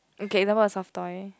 okay number of soft toy